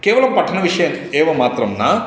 केवलं पठनविषये एव मात्रं न